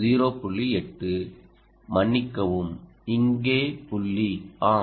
8 மன்னிக்கவும் இங்கே புள்ளி ஆம்